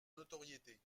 notoriété